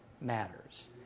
matters